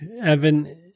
Evan –